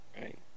Right